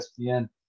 ESPN